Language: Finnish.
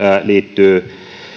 liittyy